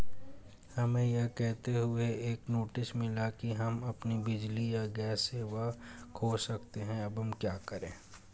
हमें यह कहते हुए एक नोटिस मिला कि हम अपनी बिजली या गैस सेवा खो सकते हैं अब हम क्या करें?